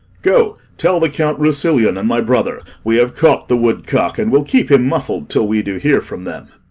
go, tell the count rousillon and my brother we have caught the woodcock, and will keep him muffled till we do hear from them.